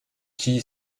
qui